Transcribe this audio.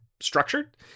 Structured